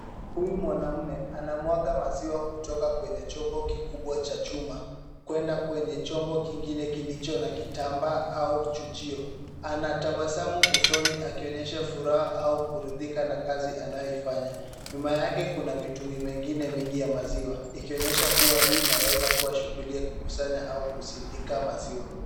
Huyu mwanamume anamwaga maziwa kutoka kwenye chombo kikubwa cha chuma, kwenda kwenye chombo kingine kilicho na kitambaa au chujio. Anatabasamu usoni akionyesha furaha au kuridhika na kazi anayoifanya. Nyuma yake kuna mitungi mengine mingi ya maziwa ikionyesha kuwa hii inaweza kuwa shughuli ya kukusanya au kusindika maziwa.